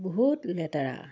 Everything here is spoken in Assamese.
বহুত লেতেৰা